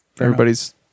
Everybody's